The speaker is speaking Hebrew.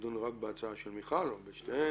רק בהצעה של מיכל או בשתיהן?